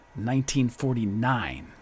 1949